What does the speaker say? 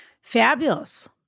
Fabulous